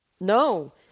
No